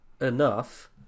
enough